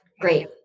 Great